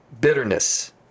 bitterness